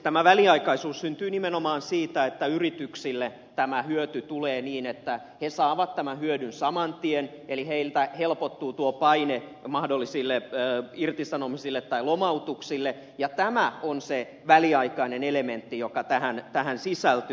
tämä väliaikaisuus syntyy nimenomaan siitä että yrityksille tämä hyöty tulee niin että ne saavat tämän hyödyn saman tien eli niiltä helpottuu tuo paine mahdollisille irtisanomisille tai lomautuksille ja tämä on se väliaikainen elementti joka tähän sisältyy